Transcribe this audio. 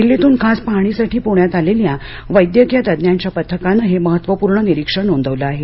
दिल्लीतून खास पाहणीसाठी पुण्यात आलेल्या वैद्यकीय तज्ज्ञांच्या पथकानं हे महत्वपूर्ण निरीक्षण नोंदवलं आहे